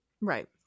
right